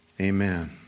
Amen